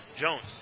Jones